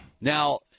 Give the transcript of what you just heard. Now